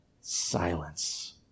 silence